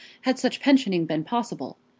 had such pensioning been possible.